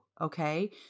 okay